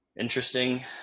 interesting